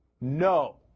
No